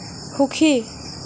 সুখী